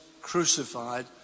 crucified